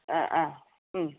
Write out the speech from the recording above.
ആഹ് ആഹ് ആഹ്